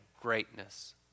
greatness